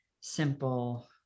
simple